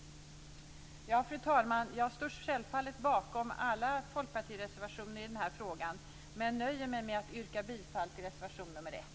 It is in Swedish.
Fru talman! Jag står självfallet bakom alla Folkpartiets reservationer i den här frågan, men jag nöjer mig med att yrka bifall till reservation 1.